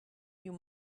you